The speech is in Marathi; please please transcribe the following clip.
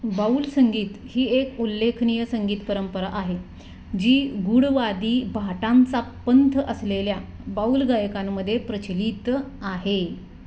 बाऊल संगीत ही एक उल्लेखनीय संगीत परंपरा आहे जी गूढवादी भाटांचा पंथ असलेल्या बाऊल गायकांमध्ये प्रचलित आहे